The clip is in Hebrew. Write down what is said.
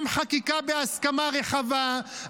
גם חקיקה בהסכמה רחבה,